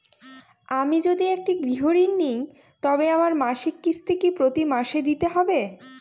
আমি যদি একটি গৃহঋণ নিই তবে আমার মাসিক কিস্তি কি প্রতি মাসে দিতে হবে?